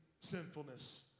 sinfulness